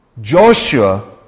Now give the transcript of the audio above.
Joshua